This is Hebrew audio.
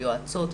ליועצות.